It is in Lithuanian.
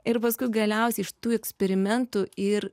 ir paskui galiausiai iš tų eksperimentų ir